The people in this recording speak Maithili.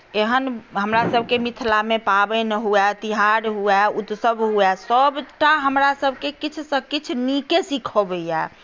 एहन हमरासभकेँ मिथिलामे पाबनि हुए त्यौहार हुए उत्सव हुए सभटा हमरासभकेँ किछुसँ किछु नीके सिखबैए